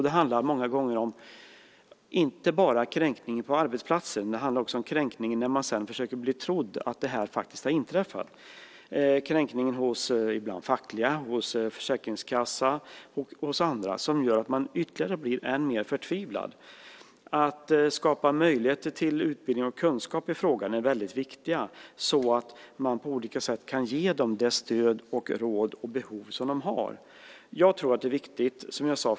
Det handlar många gånger inte bara om kränkning på arbetsplatsen. Det handlar också om kränkning när man sedan försöker bli trodd - att det här faktiskt har inträffat - hos facket, hos försäkringskassa och hos andra, vilket gör att man blir än mer förtvivlad. Att skapa möjligheter till utbildning och kunskap i frågan är väldigt viktigt så att man på olika sätt kan ge stöd och råd efter de behov som finns.